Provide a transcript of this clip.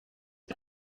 byo